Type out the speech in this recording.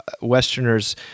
Westerners